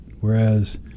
whereas